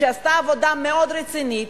כשעשתה עבודה מאוד רצינית,